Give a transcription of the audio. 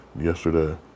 yesterday